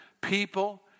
people